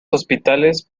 hospitales